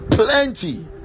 Plenty